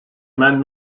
man